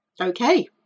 okay